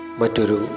maturu